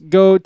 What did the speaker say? go